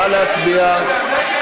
נא להצביע.